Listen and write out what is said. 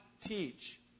teach